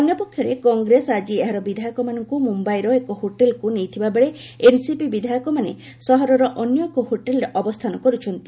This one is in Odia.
ଅନ୍ୟପକ୍ଷରେ କଂଗ୍ରେସ ଆଜି ଏହାର ବିଧାୟକମାନଙ୍କୁ ମୁମ୍ୟାଇର ଏକ ହୋଟେଲକୁ ନେଇଥିବାବେଳେ ଏନସିପି ବିଧାୟକମାନେ ସହରର ଅନ୍ୟ ଏକ ହୋଟେଲରେ ଅବସ୍ଥାନ କରୁଛନ୍ତି